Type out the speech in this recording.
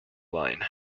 line